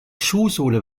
schuhsohle